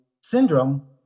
Syndrome